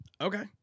okay